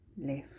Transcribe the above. left